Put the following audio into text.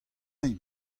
hini